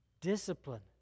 discipline